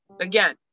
again